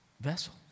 vessel